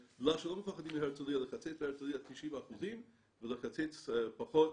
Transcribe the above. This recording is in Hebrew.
לקצץ להרצליה 90% ולקצץ פחות